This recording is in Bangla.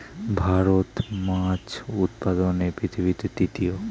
ভারত মাছ উৎপাদনে পৃথিবীতে তৃতীয়